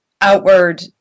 outward